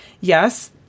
Yes